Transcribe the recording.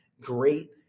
great